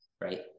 right